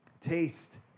Taste